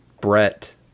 Brett